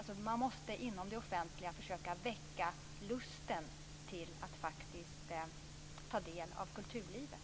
Man måste inom det offentliga försöka väcka lusten till att faktiskt ta del av kulturlivet.